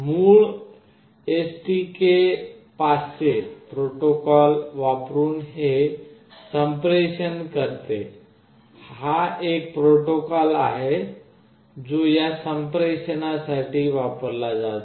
मूळ STK500 protocol वापरुन हे संप्रेषण करते हा एक प्रोटोकॉल आहे जो या संप्रेषणासाठी वापरला जातो